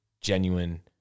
genuine